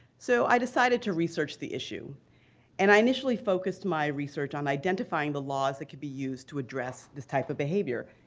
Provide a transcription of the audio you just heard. so i decided to research the issue and i initially focused my research on identifying the laws that could be used to address this type of behavior,